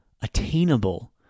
attainable